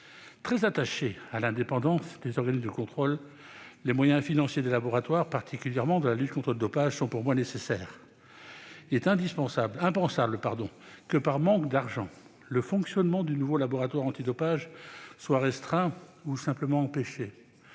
très attaché à l'indépendance des organismes de contrôle, les moyens financiers des laboratoires, particulièrement dans la lutte contre le dopage, sont, à mes yeux, nécessaires. Il serait impensable que, par manque d'argent, le fonctionnement du nouveau laboratoire antidopage soit restreint ou simplement empêché.